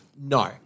No